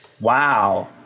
Wow